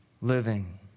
living